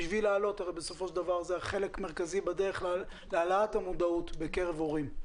בסופו של דבר זה חלק מרכזי בדרך להעלאת המודעות בקרב הורים.